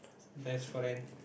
best friend